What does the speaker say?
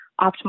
optimal